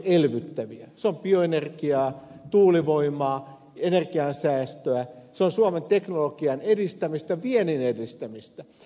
se on bioenergiaa tuulivoimaa energian säästöä se on suomen teknologian edistämistä viennin edistämistä